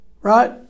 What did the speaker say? right